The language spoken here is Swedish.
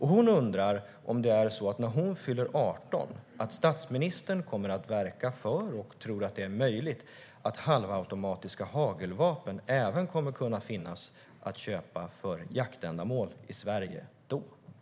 Hon undrar om statsministern kommer att verka för och tror att det är möjligt att det kommer att gå att köpa halvautomatiska hagelvapen för jaktändamål även i Sverige när hon fyller 18 år.